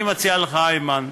אני מציע לך, איימן,